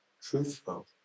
truthful